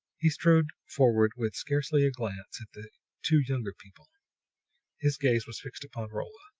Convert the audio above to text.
he strode forward with scarcely a glance at the two younger people his gaze was fixed upon rolla,